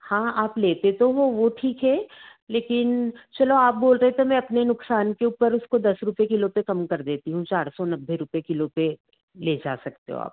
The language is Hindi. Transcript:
हाँ आप लेते तो हो वह ठीक है लेकिन चलो आप बोल रहे हो तो मैं अपने नुकसान के ऊपर उसको दस रूपये किलो पर कम कर देती हूँ चार सौ नब्बे रुपये किलो पर ले जा सकते हो आप